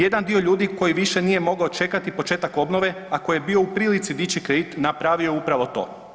Jedan dio ljudi koji više nije mogao čekati početak obnove, a koji je bio u prilici dići kredit, napravio je upravo to.